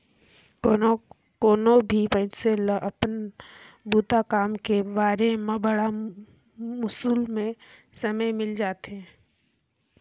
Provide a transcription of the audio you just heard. कोनो भी मइनसे ल अपन बूता काम के मारे बड़ा मुस्कुल में समे मिल पाथें